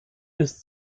bis